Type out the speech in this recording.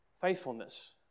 Faithfulness